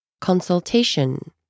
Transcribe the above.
Consultation